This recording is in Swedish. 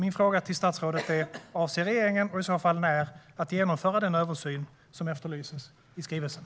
Min fråga till statsrådet är om och i så fall när regeringen avser att genomföra den översyn som efterlyses i skrivelsen.